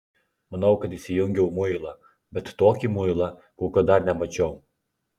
manau kad įsijungiau muilą bet tokį muilą kokio dar nemačiau